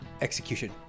execution